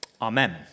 amen